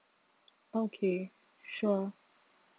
okay sure